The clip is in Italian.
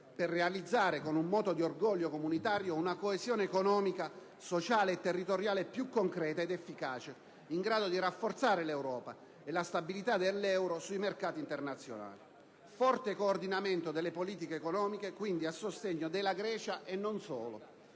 per realizzare, con un moto di orgoglio comunitario, una coesione economica, sociale e territoriale più concreta ed efficace, in grado di rafforzare l'Europa e la stabilità dell'euro sui mercati internazionali. Forte coordinamento delle politiche economiche, quindi, a sostegno della Grecia e non solo.